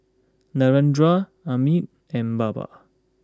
Narendra Amit and Baba